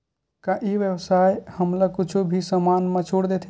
का ई व्यवसाय ह हमला कुछु भी समान मा छुट देथे?